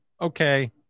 okay